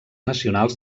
nacionals